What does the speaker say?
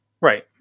right